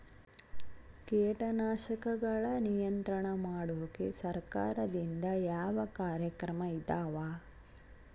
ಕೇಟನಾಶಕಗಳ ನಿಯಂತ್ರಣ ಮಾಡೋಕೆ ಸರಕಾರದಿಂದ ಯಾವ ಕಾರ್ಯಕ್ರಮ ಇದಾವ?